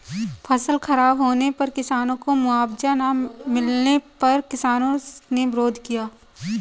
फसल खराब होने पर किसानों को मुआवजा ना मिलने पर किसानों ने विरोध किया